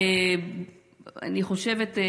אני חושבת,